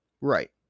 Right